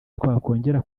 twakongera